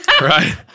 right